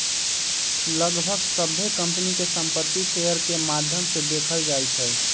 लगभग सभ्भे कम्पनी के संपत्ति शेयर के माद्धम से देखल जाई छई